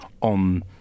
on